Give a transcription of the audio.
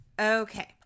okay